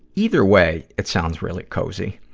either way, it sounds really cozy.